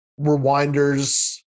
rewinders